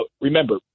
remember